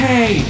Hey